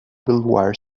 wire